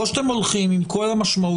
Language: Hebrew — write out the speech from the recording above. או שאתם הולכים עם כל המשמעויות